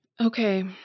Okay